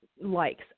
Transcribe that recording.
likes